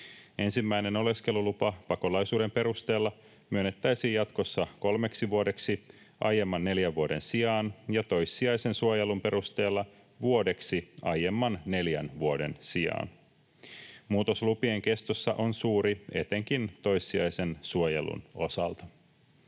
Ensimmäinen oleskelulupa pakolaisuuden perusteella myönnettäisiin jatkossa kolmeksi vuodeksi aiemman neljän vuoden sijaan ja toissijaisen suojelun perusteella vuodeksi aiemman neljän vuoden sijaan. Muutos lupien kestossa on suuri etenkin toissijaisen suojelun osalta.